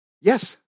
Yes